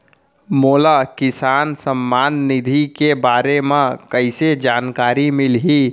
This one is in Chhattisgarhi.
मोला किसान सम्मान निधि के बारे म कइसे जानकारी मिलही?